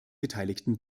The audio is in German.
beteiligten